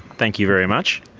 thank you very much.